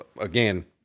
again